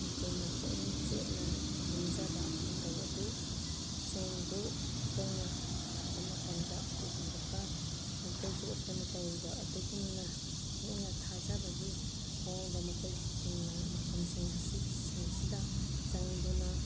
ꯑꯩꯈꯣꯏꯅ ꯄꯨꯛꯅꯤꯡ ꯆꯦꯠꯅ ꯅꯤꯡꯖꯕ ꯃꯇꯧ ꯑꯗꯨ ꯁꯤꯡꯗꯨ ꯃꯈꯣꯏꯅ ꯂꯥꯛꯄ ꯃꯇꯝꯗ ꯎꯕꯤꯔꯒ ꯃꯈꯣꯏꯁꯨ ꯑꯩꯈꯣꯏꯅ ꯇꯧꯔꯤꯕ ꯑꯗꯨꯒꯨꯝꯅ ꯍꯦꯟꯅ ꯊꯥꯖꯕꯒꯤ ꯃꯑꯣꯡꯗ ꯃꯈꯣꯏꯁꯤꯡꯅ ꯃꯐꯝꯁꯤꯡ ꯑꯁꯤꯁꯤꯡꯁꯤꯗ ꯆꯪꯗꯨꯅ